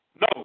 No